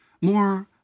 more